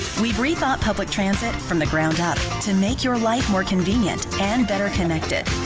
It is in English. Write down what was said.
we've rethought public transit from the ground up to make your life more convenient and better connected.